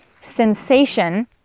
sensation